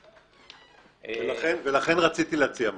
לכן, רציתי להציע משהו,